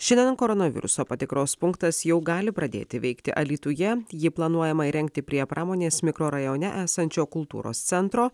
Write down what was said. šiandien koronaviruso patikros punktas jau gali pradėti veikti alytuje jį planuojama įrengti prie pramonės mikrorajone esančio kultūros centro